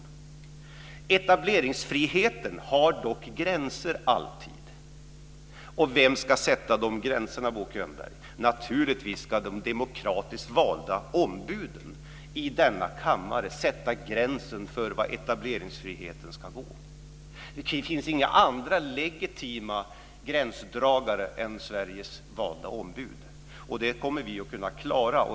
Etableringsfriheten har dock alltid gränser. Vem ska sätta de gränserna, Bo Könberg? Naturligtvis ska de demokratiskt valda ombuden i denna kammare bestämma var gränsen för etableringsfriheten ska gå. Det finns inga andra legitima gränsdragare än Sveriges valda ombud. Det kommer vi att kunna klara.